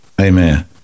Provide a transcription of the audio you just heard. Amen